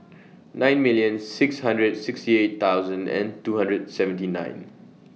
nine million six hundred sixty eight thousand and two hundred seventy nine